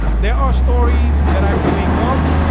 there are stories that i could make up.